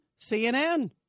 CNN